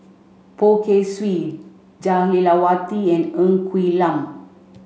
Poh Kay Swee Jah Lelawati and Ng Quee Lam